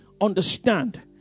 understand